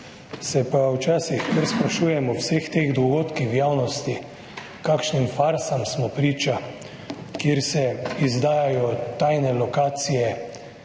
Se pa včasih kar sprašujem ob vseh teh dogodkih v javnosti, kakšnim farsam, kjer se izdajajo tajne lokacije